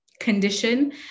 condition